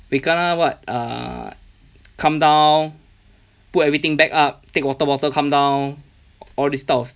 we kena what err come down put everything back up take water bottle come down all this type of